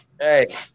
hey